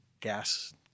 gas